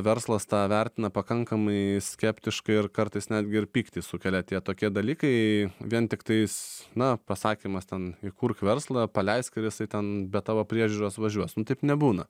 verslas tą vertina pakankamai skeptiškai ir kartais netgi ir pyktį sukelia tie tokie dalykai vien tiktais na pasakymas ten įkurk verslą paleisk ir jisai ten be tavo priežiūros važiuos nu taip nebūna